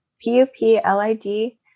P-U-P-L-I-D